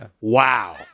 Wow